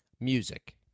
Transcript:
Music